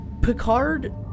Picard